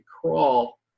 crawl